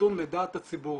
נתון לדעת הציבור.